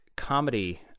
comedy